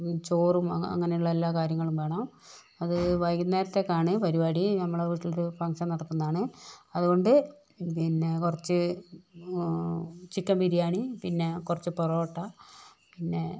ചോറും അങ്ങനെയുള്ള എല്ലാ കാര്യങ്ങളും വേണം അത് വൈകുന്നേരത്തേക്കാണ് പരിപാടി നമ്മളെ വീട്ടില് ഒരു ഫങ്ഷന് നടക്കുന്നതാണ് അതുകൊണ്ട് പിന്നെ കുറച്ച് ചിക്കന് ബിരിയാണി പിന്നെ കുറച്ച് പൊറോട്ട പിന്നെ